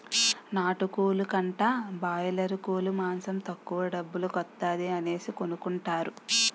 నాటుకోలు కంటా బాయలేరుకోలు మాసం తక్కువ డబ్బుల కొత్తాది అనేసి కొనుకుంటారు